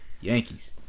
Yankees